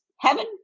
heaven